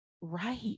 Right